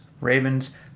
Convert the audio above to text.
Ravens